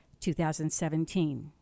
2017